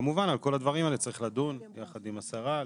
כמובן שעל כל הדברים האלה צריך לדון ביחד עם השרה.